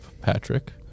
Patrick